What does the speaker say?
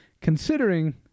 considering